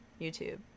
YouTube